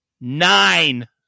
Nine